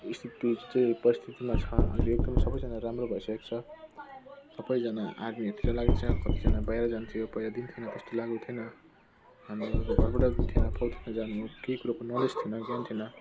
स्थितिहरू चाहिँ परिस्थितिमा छ अहिले एकदम सबैजना राम्रो भइसकेको छ सबैजना आर्मीहरूतिर लागेको छ कतिजना बाहिर जान्थ्यो पहिलेदेखि किनभने त्यस्तो लागु थिएन हाम्रो घरबाट दिन्थेन फौजीमा जानु केही कुराको नलेज थिएन ज्ञान थिएन